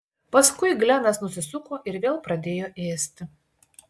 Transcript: paskui glenas nusisuko ir vėl pradėjo ėsti